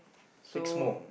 six more